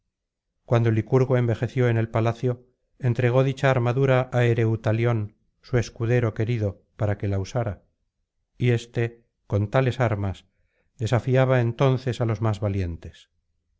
cuando licurgo envejeció en el palacio entregó dicha armadura áereutalión su escudero querido para que la usara y éste con tales armas desafiaba entonces á los más valientes